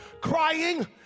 crying